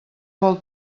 vol